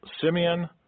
Simeon